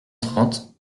trente